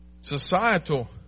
societal